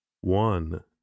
one